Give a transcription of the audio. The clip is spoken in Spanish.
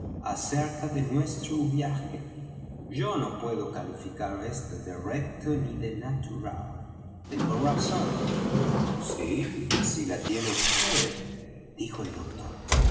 acerca de nuestro viaje yo no puedo calificar esto de recto ni de natural tengo razón sí sí la tiene vd dijo el doctor